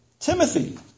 Timothy